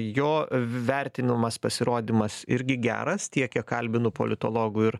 jo vertinimas pasirodymas irgi geras tiek kiek kalbinu politologų ir